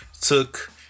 took